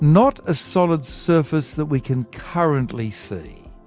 not a solid surface that we can currently see.